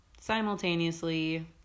Simultaneously